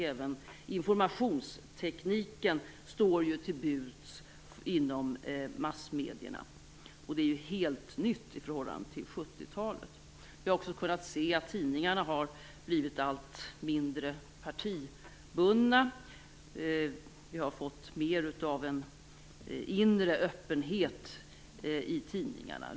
Även informationstekniken står till buds inom massmedierna, vilket är helt nytt i förhållande till 70-talet. Vi har också kunnat se att tidningarna har blivit allt mindre partibundna. Vi har fått mer av en inre öppenhet i tidningarna.